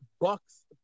Bucks